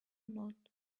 not